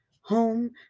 home